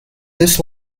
this